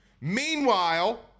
Meanwhile